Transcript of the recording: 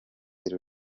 iri